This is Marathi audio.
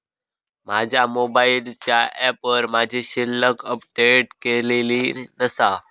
माझ्या मोबाईलच्या ऍपवर माझी शिल्लक अपडेट केलेली नसा